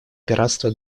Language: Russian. пиратства